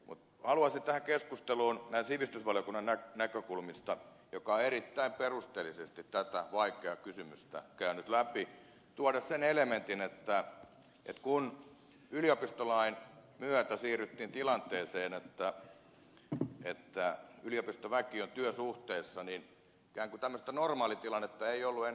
mutta haluaisin tähän keskusteluun näin sivistysvaliokunnan näkökulmasta joka on erittäin perusteellisesti tätä vaikeaa kysymystä käynyt läpi tuoda sen elementin että kun yliopistolain myötä siirryttiin tilanteeseen että yliopistoväki on työsuhteessa niin ikään kuin tämmöistä normaalitilannetta ei ollut enää olemassa